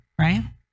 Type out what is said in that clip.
right